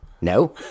no